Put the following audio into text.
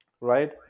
right